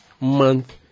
month